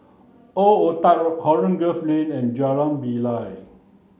Old Oh Tuck Road Holland Grove Lane and Jalan Bilal